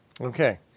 Okay